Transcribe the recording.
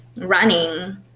running